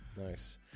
nice